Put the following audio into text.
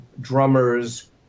drummers